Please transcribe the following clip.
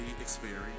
Experience